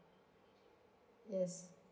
yes